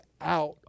out